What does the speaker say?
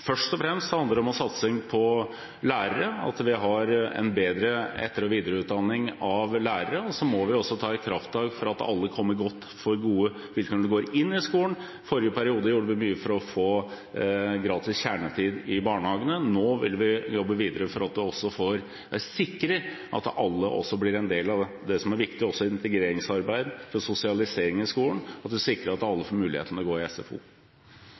Først og fremst handler det om en satsing på lærere, at vi har en bedre etter- og videreutdanning av lærere. Så må vi også ta et krafttak for at alle som kommer inn i skolen, får gode vilkår. I forrige periode gjorde vi mye for å få gratis kjernetid i barnehagene. Nå vil vi jobbe videre for å sikre at alle også blir en del av det som er viktig integreringsarbeid og sosialisering i skolen, at vi sikrer at alle får muligheten til å gå i SFO.